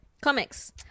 Comics